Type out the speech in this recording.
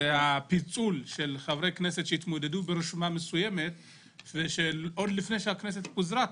זה הפיצול של חברי כנסת שהתמודדו ברשימה מסוימת ועוד לפני שהכנסת פוזרה,